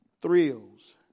thrills